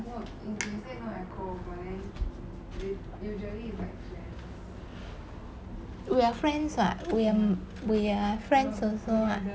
we are friends [what] we are we are friends also [what]